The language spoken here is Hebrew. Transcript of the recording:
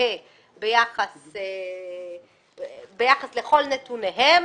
זהה ביחס לכל נתוניהם,